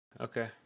Okay